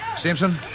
Simpson